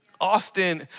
Austin